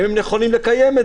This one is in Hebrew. הם נכונים לקיים את זה.